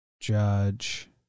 Judge